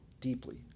deeply